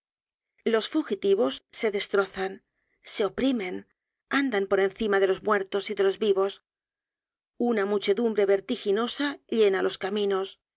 los fugitivos se destrozan se oprimen andan por encima de los muertos y de los vivos una muchedumbre vertiginosa llena los caminos